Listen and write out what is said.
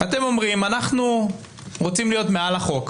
אתם אומרים, אנחנו רוצים להיות מעל החוק.